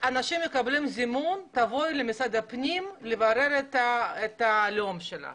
אנשים מקבלים זימון לבוא למשרד הפנים לברר את הלאום שלך.